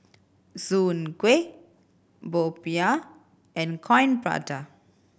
Soon Kuih popiah and Coin Prata